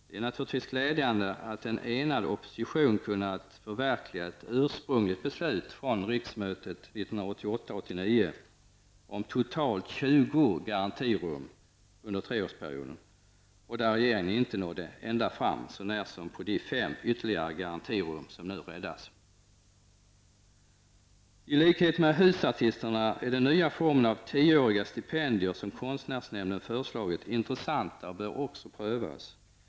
Detta är naturligtvis glädjande att en enad opposition har kunnat förverkliga ett ursprungligt beslut från riksmötet 1988/89 om totalt 20 garantirum under treårsperioden, där regeringen inte nådde ända fram så nära som på de fem ytterligare garantirum som nu räddas. I likhet med projektet husartisterna är den nya formen av tioåriga stipendium som konstnärsnämnden har föreslagit intressant och bör prövas.